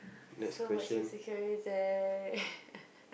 so much insecurity